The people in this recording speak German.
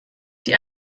die